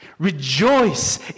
Rejoice